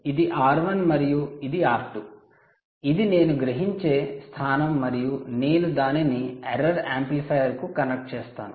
ఇది R1 మరియు ఇది R2 ఇది నేను గ్రహించే sense చేసే స్థానం మరియు నేను దానిని ఎర్రర్ యాంప్లిఫైయర్ కు కనెక్ట్ చేస్తాను